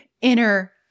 inner